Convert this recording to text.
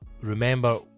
remember